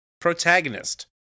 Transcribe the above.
Protagonist